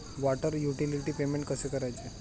Water utility payment कसे करायचे?